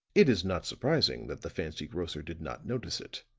it is not surprising that the fancy grocer did not notice it.